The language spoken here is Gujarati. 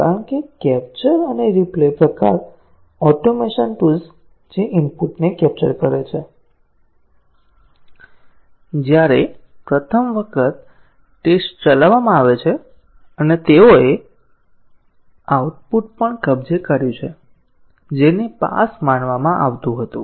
કારણ કે કેપ્ચર અને રીપ્લે પ્રકાર ઓટોમેશન ટૂલ્સ જે ઇનપુટને કેપ્ચર કરે છે જ્યારે પ્રથમ વખત ટેસ્ટ ચલાવવામાં આવે છે અને તેઓએ આઉટપુટ પણ કબજે કર્યું છે જેને પાસ માનવામાં આવતું હતું